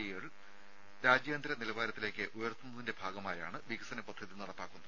ഐകൾ രാജ്യാന്തര നിലവാരത്തിലേക്ക് ഉയർത്തുന്നതിന്റെ ഭാഗമായാണ് വികസന പദ്ധതി നടപ്പാക്കുന്നത്